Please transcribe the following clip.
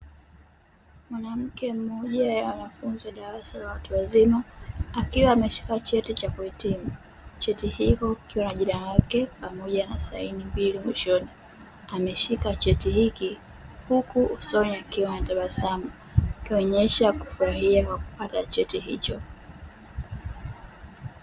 Mwanamke mmoja wa darasa la wanafunzi la watu wazima akiwa ameshika cheti cha kuhitimu, cheti hiko kikiwa na jina lake pamoja na saini mbili mwishoni, ameshika cheti hiki huku usoni akiwa anatabasamu, ikionesha amefurahia kwa kupata cheti hiko.